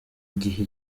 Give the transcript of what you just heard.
igihe